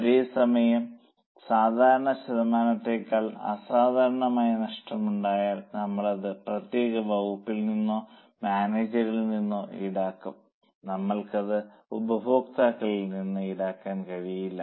അതേസമയം സാധാരണ ശതമാനത്തേക്കാൾ അസാധാരണമായ നഷ്ടം ഉണ്ടായാൽ നമ്മൾ അത് ആ പ്രത്യേക വകുപ്പിൽ നിന്നോ മാനേജരിൽ നിന്നോ ഈടാക്കും നമ്മൾക്ക് അത് ഉപഭോക്താക്കളിൽ നിന്ന് ഈടാക്കാൻ കഴിയില്ല